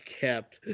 kept